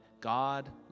God